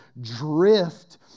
drift